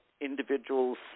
individuals